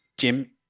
Jim